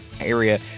area